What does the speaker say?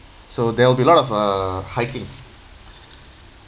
so there'll be a lot of uh hiking